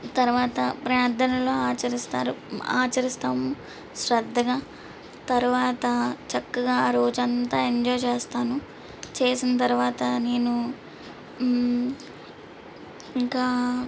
తర్వాత ప్రార్థనలు ఆచరిస్తారు ఆచరిస్తాము శ్రద్ధగా తర్వాత చక్కగా ఆ రోజంతా ఎంజాయ్ చేస్తాను చేసిన తర్వాత నేను ఇంకా